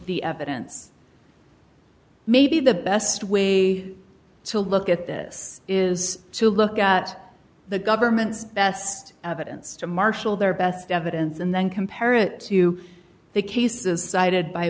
the evidence maybe the best way to look at this is to look at the government's best evidence to marshal their best evidence and then compare it to the cases cited by